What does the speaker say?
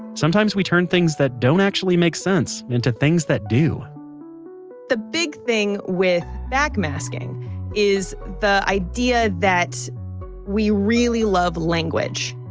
sometimes we turn things that don't actually make sense into things that do but the big thing with backmasking is the idea that we really love language.